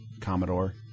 Commodore